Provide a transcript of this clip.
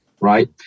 right